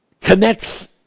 connects